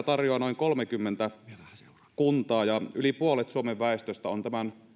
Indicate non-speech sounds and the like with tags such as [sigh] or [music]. [unintelligible] tarjoaa noin kolmekymmentä kuntaa ja yli puolet suomen väestöstä on tämän